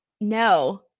No